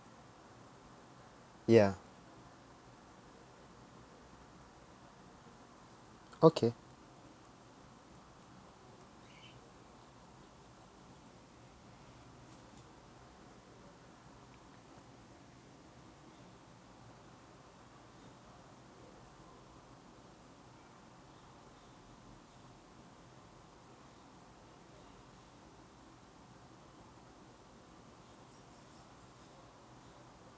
ya okay